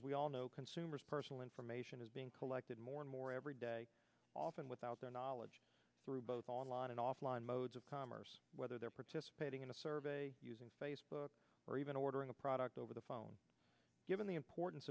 as we all know consumers personal information is being collected more and more every day often without their knowledge through both online and offline modes of commerce whether they're participating in a survey using facebook or even ordering a product over the phone given the importance